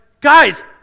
guys